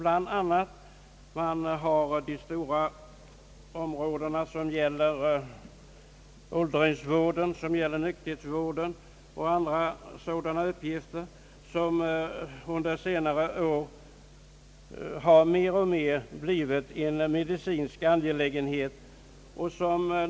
Den har att handha de stora områden som gäller åldringsvård, nykterhetsvård och andra uppgifter av liknande slag som under senare år i allt större utsträckning har blivit en medicinsk angelägenhet.